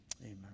amen